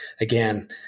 again